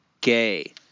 gay